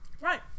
right